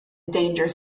danger